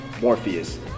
Morpheus